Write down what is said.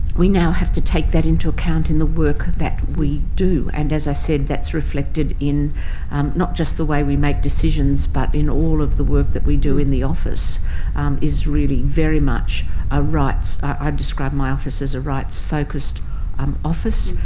we now have to take that into account in the work that we do. and as i said, that's reflected in not just the way we make decisions but in all of the work that we do in the office is really very much a rights describe my office as a rights-focused um office,